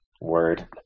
Word